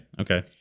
Okay